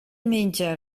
menja